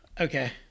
Okay